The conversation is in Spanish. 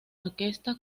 orquesta